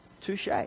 Touche